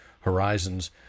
horizons